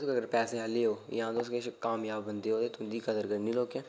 तुस अगर पैसे आह्ले ओ जां तुस अगर कामयाब बंदे होए तुं'दी कदर करनी लोकें